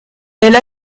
elle